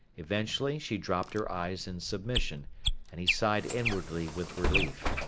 eventually she dropped her eyes in submission and he sighed inwardly with relief.